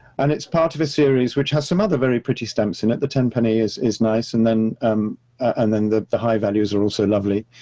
and it's part of a series, which has some other very pretty stamps in it. the ten penny is is nice, and then um and then the the high values are also lovely.